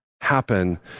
happen